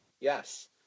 yes